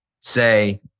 say